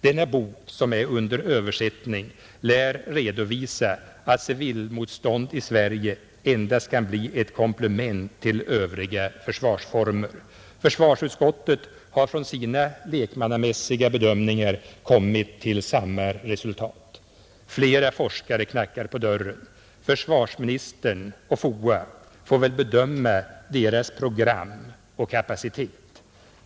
Dennes bok, som är under översättning, lär redovisa att civilmotstånd i Sverige endast kan bli ett komplement till övriga försvarsformer. Försvarsutskottet har från sina lekmannamässiga bedömningar kommit till samma resultat. Flera forskare knackar på dörren. Försvarsministern och FOA får väl bedöma deras program och kapacitet.